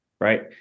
right